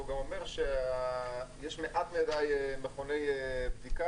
והוא גם אומר שיש מעט מדי מכוני בדיקה,